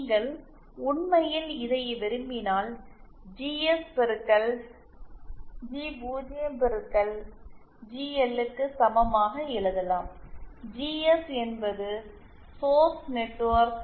நீங்கள் உண்மையில் இதை விரும்பினால் ஜிஎஸ் பெருக்கல் ஜி0 பெருக்கல் ஜிஎல்க்கு சமமாக எழுதலாம் ஜிஎஸ் என்பது சோர்ஸ் நெட்வொர்க்